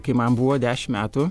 kai man buvo dešim metų